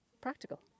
practical